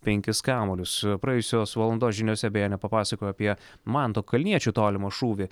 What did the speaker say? penkis kamuolius praėjusios valandos žiniose beje nepapasakojau apie manto kalniečio tolimą šūvį